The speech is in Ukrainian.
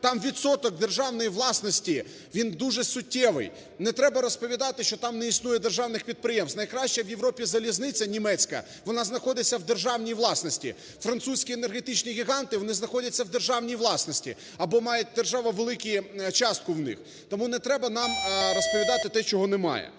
там відсоток державної власності, він дуже суттєвий. Не треба розповідати, що там не існує державних підприємств. Найкраща в Європі залізниця німецька, вона знаходиться в державній власності. Французькі енергетичні гіганти, вони знаходяться в держаній власності або має держава велику частку в них. Тому не треба нам розповідати те, чого немає.